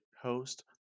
host